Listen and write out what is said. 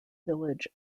village